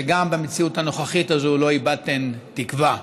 שגם במציאות הנוכחית לא איבדתן תקווה.